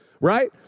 Right